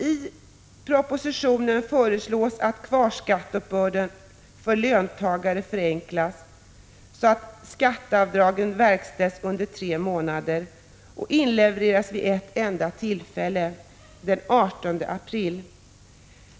I propositionen föreslås att kvarskatteuppbörden för löntagare förenklas så att skatteavdragen verkställs under tre månader och inlevereras vid ett enda tillfälle, den 18 april.